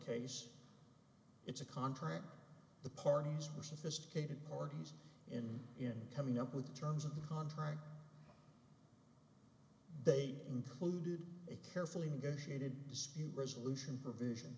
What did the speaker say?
case it's a contract the parties are sophisticated parties in in coming up with the terms of the contract they included a carefully negotiated dispute resolution provision